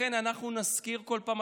לכן אנחנו נזכיר כל פעם,